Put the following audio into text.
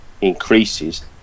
increases